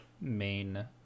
main